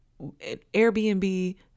Airbnb